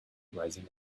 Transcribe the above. rising